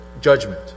judgment